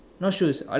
not shoes I